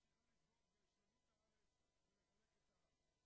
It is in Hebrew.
ממשיכה לדבוק בשלמות הארץ ולחלק את העם.